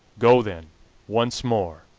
go then once more,